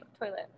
toilet